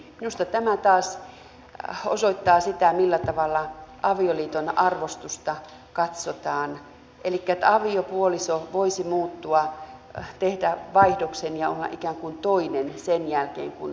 minusta tämä taas osoittaa sitä millä tavalla avioliiton arvostusta katsotaan elikkä että aviopuoliso voisi muuttua tehdä vaihdoksen ja olla ikään kuin toinen sen jälkeen kun sukupuolenvaihdos on tehty